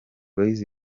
boyz